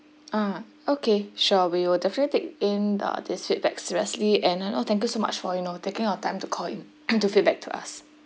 ah okay sure we will definitely take in uh this feedback seriously and uh thank you so much for you know taking our time to call in to feedback to us